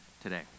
today